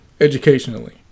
Educationally